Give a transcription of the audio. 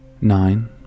nine